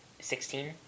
Sixteen